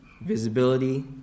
Visibility